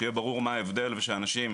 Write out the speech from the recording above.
שיהיה ברור מה ההבדל ושאנשים,